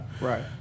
Right